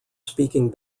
speaking